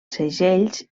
segells